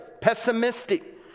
pessimistic